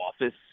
office